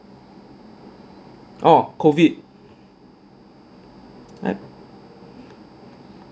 oh COVID